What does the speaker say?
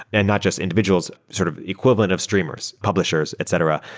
and not just individuals sort of equivalent of streamers, publishers etc,